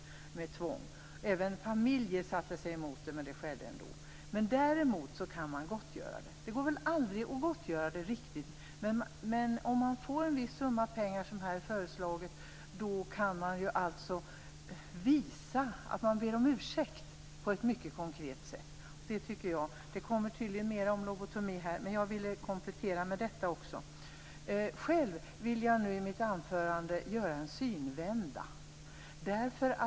Även familjer satte sig emot lobotomin men den skedde ändå. Dock kan man gottgöra de människor som utsattes för detta. Det går väl aldrig att helt gottgöra dem men om de får en viss summa pengar, som här föreslagits, kan man på ett konkret sätt visa att man ber dem om ursäkt. Detta är min uppfattning. Det kommer tydligen mera om lobotomi här men jag ville komplettera med detta. I detta mitt anförande vill jag göra en synvända.